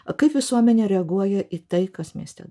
kaip visuomenė reaguoja į tai kas mieste